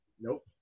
Nope